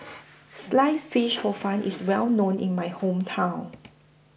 Sliced Fish Hor Fun IS Well known in My Hometown